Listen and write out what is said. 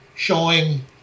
showing